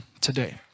today